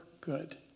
good